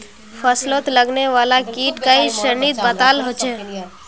फस्लोत लगने वाला कीट कई श्रेनित बताल होछे